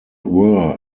were